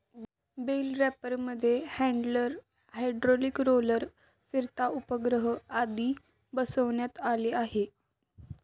bell रॅपरमध्ये handler, hydraulic roller, फिरता उपग्रह आदी बसवण्यात आले आहे